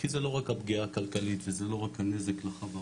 כי זה לא רק הפגיעה הכלכלית וזה לא רק הנזק לחברות,